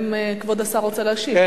האם כבוד השר רוצה להשיב?